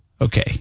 Okay